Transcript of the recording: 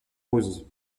roses